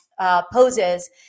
poses